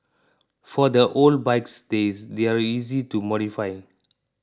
for the old bikes these they're easy to modify